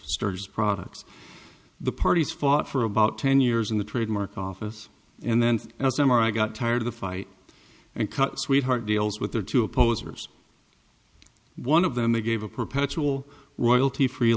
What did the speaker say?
f products the parties fought for about ten years in the trademark office and then as m r i got tired of the fight and cut sweetheart deals with their two opposers one of them they gave a perpetual royalty free